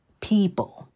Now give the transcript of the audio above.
people